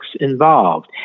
involved